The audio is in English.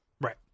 Right